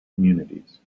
communities